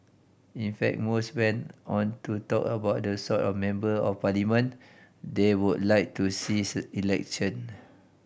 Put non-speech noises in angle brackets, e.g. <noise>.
in fact most went on to talk about the sort of Member of Parliament they would like to see <unintelligible> election